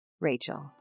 Rachel